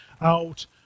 out